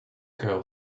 girl